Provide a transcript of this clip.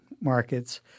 markets